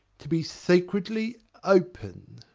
to be secretly open.